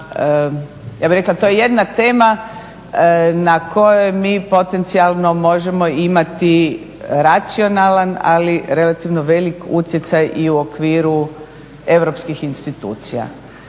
ja bih rekla to je jedna tema na kojoj mi potencijalno možemo imati racionalan ali relativno veliki utjecaj i u okviru europskih institucija.